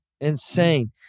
Insane